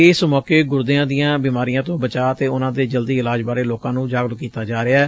ਇਸ ਮੌਕੇ ਗੁਰਦਿਆਂ ਦੀਆਂ ਬੀਮਾਰੀਆਂ ਤੋਂ ਬਚਾਅ ਅਤੇ ਉਨੁਾਂ ਦੇ ਜਲਦੀ ਇਲਾਜ ਬਾਰੇ ਲੋਕਾਂ ਨੂੰ ਜਾਗਰੂਕ ਕੀਤਾ ਜਾ ਰਿਹੈ